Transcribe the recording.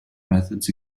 methods